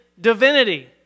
divinity